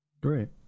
Great